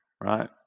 right